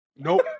Nope